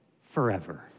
forever